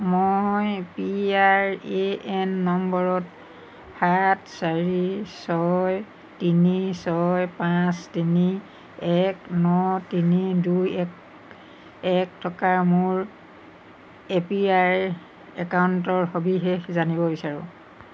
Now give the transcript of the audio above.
মই P R A N নম্বৰত সাত চাৰি ছয় তিনি ছয় পাঁচ তিনি এক ন তিনি দুই এক এক থকা মোৰ এ পি আই ৰ একাউণ্টৰ সবিশেষ জানিব বিচাৰোঁ